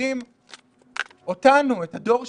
ומפקירים אותנו, את הדור שלנו,